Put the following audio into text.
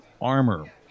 armor